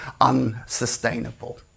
unsustainable